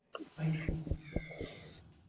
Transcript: faithful servant.